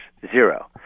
Zero